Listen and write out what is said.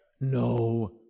no